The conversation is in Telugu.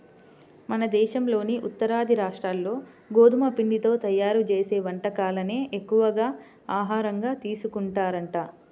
మన దేశంలోని ఉత్తరాది రాష్ట్రాల్లో గోధుమ పిండితో తయ్యారు చేసే వంటకాలనే ఎక్కువగా ఆహారంగా తీసుకుంటారంట